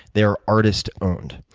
they're artist owned.